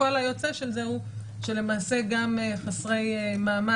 הפועל היוצא של זה הוא שלמעשה גם חסרי מעמד